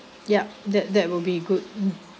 yup that that will be good mm